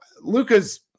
Luca's